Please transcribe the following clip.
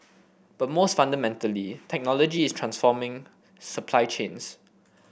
but most fundamentally technology is transforming supply chains